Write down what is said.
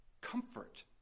comfort